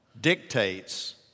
dictates